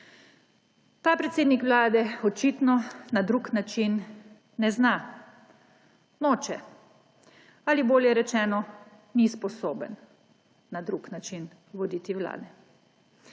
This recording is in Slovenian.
Ta predsednik vlade očitno na drug način ne zna, noče ali, bolje rečeno, ni sposoben na drugačen način voditi vlade.